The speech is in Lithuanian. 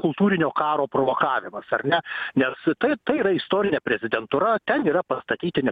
kultūrinio karo provokavimas ar ne nes taip tai yra istorinė prezidentūra ten yra pastatyti